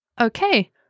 Okay